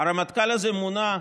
הרמטכ"ל הזה מונה,